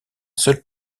seul